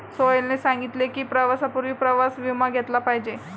सोहेलने सांगितले की, प्रवासापूर्वी प्रवास विमा घेतला पाहिजे